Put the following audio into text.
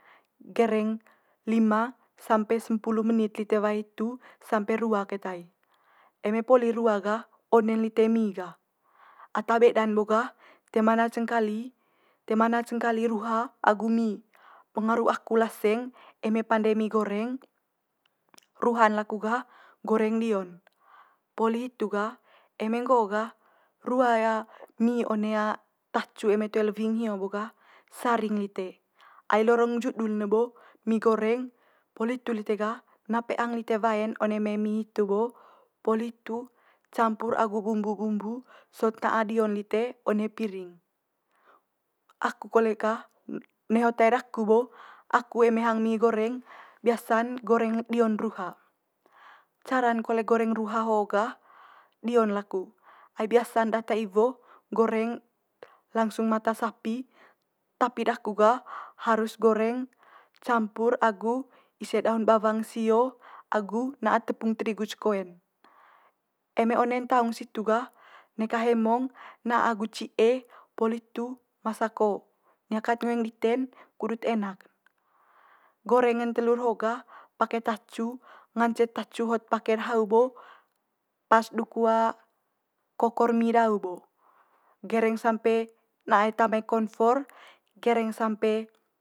Gereng lima sampe sempulu menit lite wae hitu sampe rua keta i. Eme poli rua gah one'n lite mi gah. Ata beda'n bo gah toe ma na cengkali toe ma na cengkali ruha agu mi, pengaru aku laseng eme pande mi goreng ruha'n laku gah goreng dio'n. Poli hitu gah eme nggo'o gah rua mie one tacu eme toe lewing hio bo gah saring lite. Ai lorong judul ne bo mi goreng, poli hitu lite gah na peang lite wae'n one mai mi hitu bo, poli hitu campur agu bumbu bumbu sot na'a dion lite one piring. Aku kole gah neho tae daku bo aku eme hang mi goreng biasa'n goreng dio'n ruha. Cara'n kole goreng ruha ho gah dio'n laku, ai biasa'n data iwo goreng langsung mata sapi tapi daku gah harus goreng campur agu ise daun bawang sio agu na'a tepung terigu ce koen. Eme one'n taung situ gah neka hemong na'a agu ci'e poli hitu masako nia kat ngoeng dite'n kudut enak'n. Goreng'n telur ho'o gah pake tacu ngance tacu hot pake hau bo pas duku kokor mi dau bo gereng sampe na'a eta mai konfor gereng sampe.